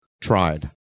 tried